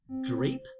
drape